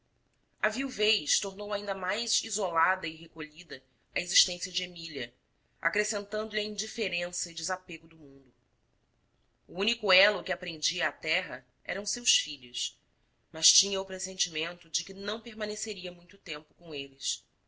a viuvez tornou ainda mais isolada e recolhida a existência de emília acrescentando lhe a indiferença e desapego do mundo o único elo que a prendia à terra eram seus filhos mas tinha o pressentimento de que não permaneceria muito tempo com eles